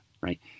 right